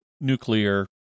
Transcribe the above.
nuclear